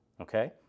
Okay